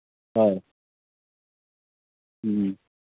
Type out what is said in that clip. ꯍꯣꯏ ꯎꯝ